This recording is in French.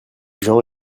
gens